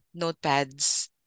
notepads